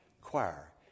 choir